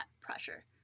pressure